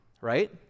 right